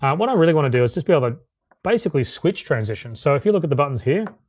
and what i really wanna do is just be able to basically, switch transitions. so if you'll look at the buttons here,